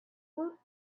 woot